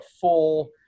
full